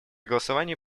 голосовании